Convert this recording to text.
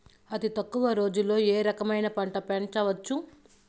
అతి తక్కువ రోజుల్లో ఏ రకమైన పంట పెంచవచ్చు?